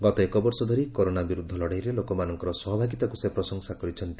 ଗତ ଏକ ବର୍ଷ ଧରି କରୋନା ବିରୁଦ୍ଧ ଲଢ଼େଇରେ ଲୋକମାନଙ୍କର ସହଭାଗିତାକୁ ସେ ପ୍ରଶଂସା କରିଛନ୍ତି